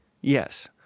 Yes